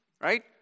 right